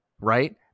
right